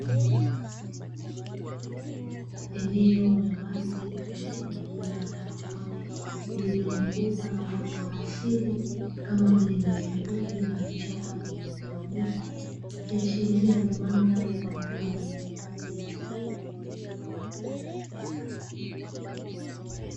Eneo la wazi lenye milima na mabonde lililozungukwa na uoto wa asili kama vile nyasi fupi na vichaka vilivyotawanyika ikiashiria ni mandhari kwa ajili ya hifadhi ya wanyamapori.